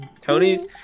Tony's